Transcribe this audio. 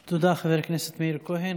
תודה, חבר הכנסת מאיר כהן.